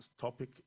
topic